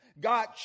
God